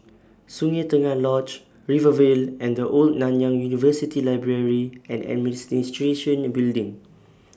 Sungei Tengah Lodge Rivervale and The Old Nanyang University Library and Administration Building